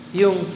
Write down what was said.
yung